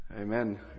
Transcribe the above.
Amen